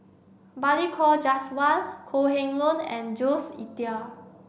Balli Kaur Jaswal Kok Heng Leun and Jules Itier